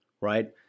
Right